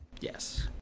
yes